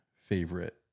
favorite